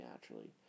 naturally